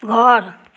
घर